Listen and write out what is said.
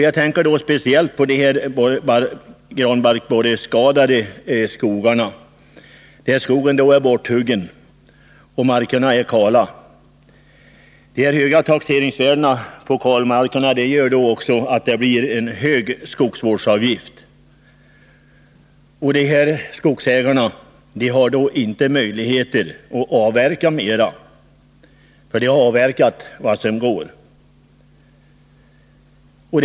Jag tänker speciellt på de granbarkborreskadade skogarna, där skogen är borthuggen och markerna är kala. De höga taxeringsvärdena på kalmarkerna gör att det också blir en hög skogsvårdsavgift. Dessa skogsägare har emellertid inte möjligheter att avverka mera, för de har avverkat vad som kan avverkas.